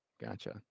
gotcha